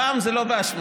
הפעם זה לא באשמתי.